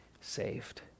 saved